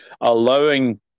allowing